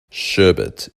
sherbet